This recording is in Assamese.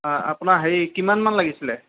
আপোনাৰ হেৰি কিমানমান লাগিছিলে